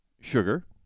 sugar